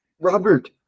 Robert